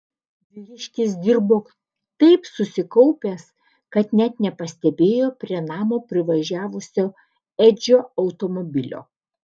vyriškis dirbo taip susikaupęs kad net nepastebėjo prie namo privažiavusio edžio automobilio